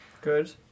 Good